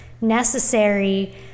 necessary